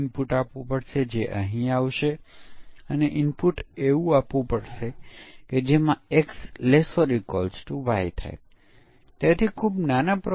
આપણે ખરેખર અહીં જે નિર્દેશ કરવા માંગીએ છીએ તે બ્લેક બોક્સ પરીક્ષણ વિશેની અઘરી વસ્તુ તે છે કે શક્ય ડેટાની સંખ્યા ખૂબ મોટી છે